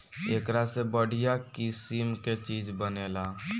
एकरा से बढ़िया किसिम के चीज बनेला